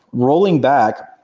rolling back,